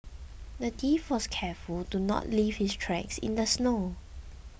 the thief was careful to not leave his tracks in the snow